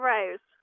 Rose